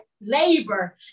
labor